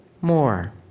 more